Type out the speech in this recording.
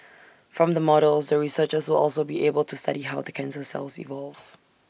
from the models the researchers will also be able to study how the cancer cells evolve